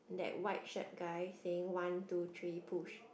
that white shirt guy saying one two three push